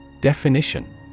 Definition